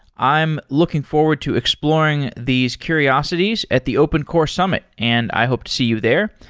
i'm looking forward to exploring these curiosities at the open core summit and i hope to see you there.